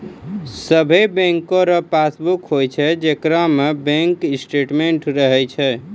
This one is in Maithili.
सभे बैंको रो पासबुक होय छै जेकरा में बैंक स्टेटमेंट्स रहै छै